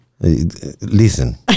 Listen